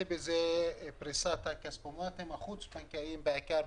זה פריסת הכספומטים, החוץ-בנקאיים בעיקר.